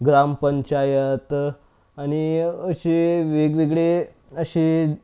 ग्रामपंचायत आणि असे वेगवेगळे असे